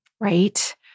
right